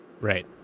Right